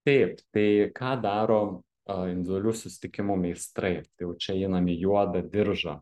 taip tai ką daro a individualių susitikimų meistrai tai jau čia einam į juodą diržą